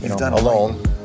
Alone